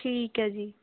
ਠੀਕ ਹੈ ਜੀ